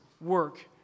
Work